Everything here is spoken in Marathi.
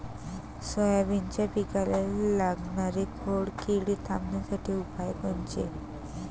सोयाबीनच्या पिकाले लागनारी खोड किड थांबवासाठी उपाय कोनचे?